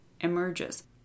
emerges